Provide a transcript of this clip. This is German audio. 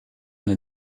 eine